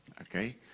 okay